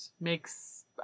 makes